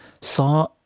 saw